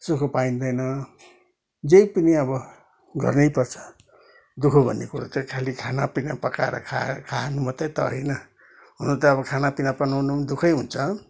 सुख पाइँदैन जे पनि अब गर्नै पर्छ दुखः भन्ने कुरो त खालि खाना पिना पकाएर खाए खानु मात्रै त होइन हुन त अब खाना पिना बनाउनु पनि दुखै हुन्छ